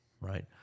right